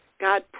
God